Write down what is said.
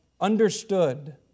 understood